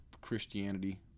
Christianity